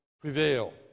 prevail